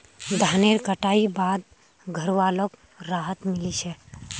धानेर कटाई बाद घरवालोक राहत मिली छे